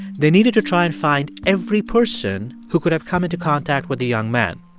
they needed to try and find every person who could have come into contact with the young man.